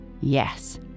Yes